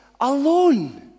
alone